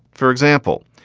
for example,